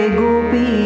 gopi